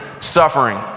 suffering